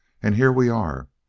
and here we are.